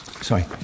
Sorry